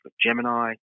Gemini